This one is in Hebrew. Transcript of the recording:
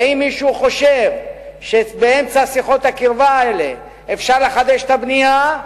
ואם מישהו חושב שבאמצע שיחות הקרבה האלה אפשר לחדש את הבנייה,